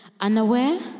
Unaware